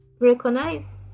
...recognize